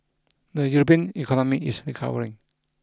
the European economy is recovering